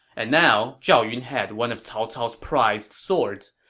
and now zhao yun had one of cao cao's prized swords,